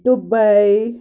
Dubai